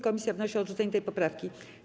Komisja wnosi o odrzucenie tej poprawki.